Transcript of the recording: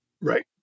Right